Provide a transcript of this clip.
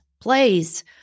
plays